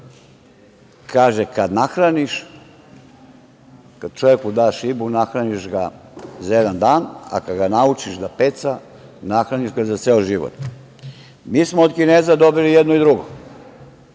Kaže - kad čoveku daš ribu nahraniš ga za jedan dan, a kad ga naučiš da peca nahraniš ga za ceo život. Mi smo od Kineza dobili jedno i drugo,